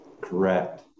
Correct